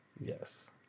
Yes